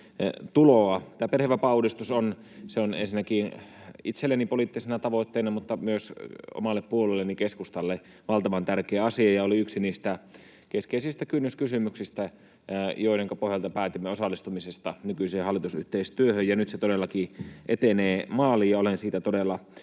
Tämä perhevapaauudistus on ensinnäkin itselleni poliittisena tavoitteena mutta myös omalle puolueelleni keskustalle valtavan tärkeä asia ja oli yksi niistä keskeisistä kynnyskysymyksistä, joidenka pohjalta päätimme osallistumisesta nykyiseen hallitusyhteistyöhön. Nyt se todellakin etenee maaliin, ja olen siitä todella iloinen.